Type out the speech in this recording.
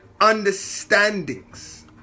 understandings